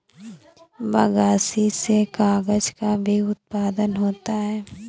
बगासी से कागज़ का भी उत्पादन होता है